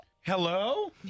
Hello